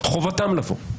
חובתם לבוא.